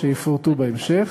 שיפורטו בהמשך,